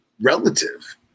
relative